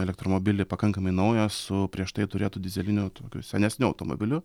elektromobilį pakankamai naują su prieš tai turėtu dyzeliniu tokiu senesniu automobiliu